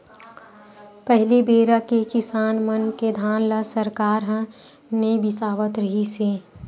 पहली बेरा के किसान मन के धान ल सरकार ह नइ बिसावत रिहिस हे